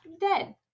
dead